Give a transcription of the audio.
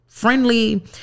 friendly